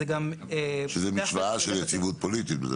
זו משוואה של יציבות פוליטית בדרך כלל.